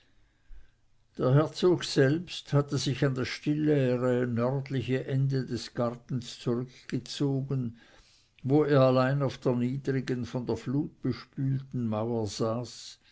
der herzog selbst hatte sich an das stillere nördliche ende des gartens zurückgezogen wo er allein auf der niedrigen von der flut bespülten mauer saß